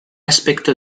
aspecto